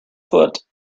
foot